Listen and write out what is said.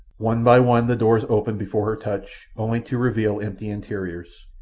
one by one the doors opened before her touch, only to reveal empty interiors.